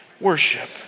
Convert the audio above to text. worship